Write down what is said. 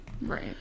Right